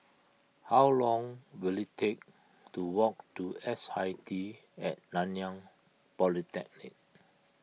how long will it take to walk to S I T at Nanyang Polytechnic